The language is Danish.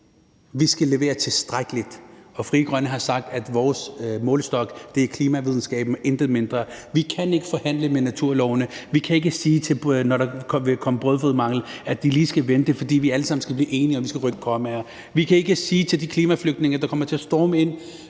vi skal levere tilstrækkeligt. Og Frie Grønne har sagt, at vores målestok er klimavidenskaben, intet mindre. Vi kan ikke forhandle med naturlovene. Vi kan ikke sige, når der vil komme fødevaremangel, at de lige skal vente, fordi vi alle sammen skal blive enige og vi skal rykke kommaer. Vi kan ikke sige til de klimaflygtninge, der kommer til at storme mod